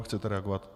Chcete reagovat?